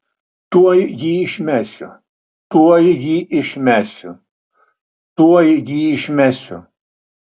tuoj jį išmesiu tuoj jį išmesiu tuoj jį išmesiu